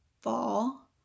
fall